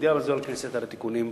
מודיע לכנסת על התיקונים,